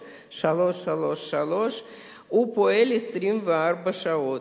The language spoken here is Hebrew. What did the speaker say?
03-9733333. הוא פועל 24 שעות,